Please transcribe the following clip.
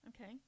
Okay